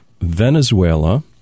Venezuela